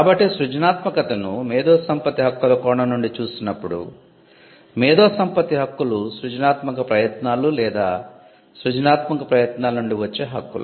కాబట్టి సృజనాత్మకతను మేధో సంపత్తి హక్కుల కోణం నుండి చూసినప్పుడు మేధో సంపత్తి హక్కులు సృజనాత్మక ప్రయత్నాలు లేదా సృజనాత్మక ప్రయత్నాల నుండి వచ్చే హక్కులు